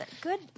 Good